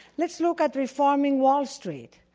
let's look at reforming wall street.